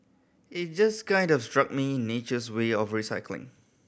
it just kind of struck me nature's way of recycling